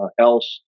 else